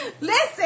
Listen